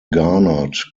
garnered